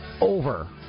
over